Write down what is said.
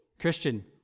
Christian